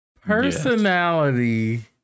personality